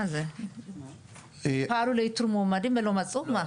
מה זה פעלו לאיתור מועמדים ולא מצאו מה?